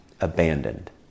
abandoned